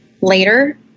later